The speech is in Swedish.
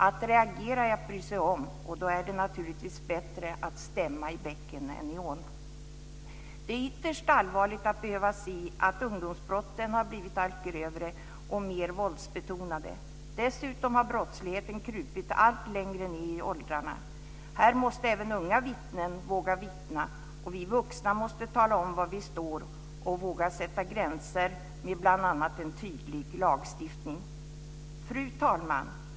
Att reagera är att bry sig om, och då är det naturligtvis bättre att stämma i bäcken än i ån. Det är ytterst allvarligt att behöva se att ungdomsbrotten har blivit allt grövre och mer våldsbetonade. Dessutom har brottsligheten krupit allt längre ned i åldrarna. Här måste även unga vittnen våga vittna, och vi vuxna måste tala om var vi står och våga sätta gränser med bl.a. en tydlig lagstiftning. Fru talman!